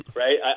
right